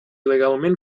legalment